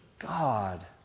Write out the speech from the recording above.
God